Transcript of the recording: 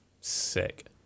Sick